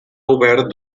obert